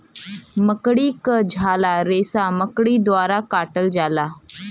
मकड़ी क झाला रेसा मकड़ी द्वारा काटल जाला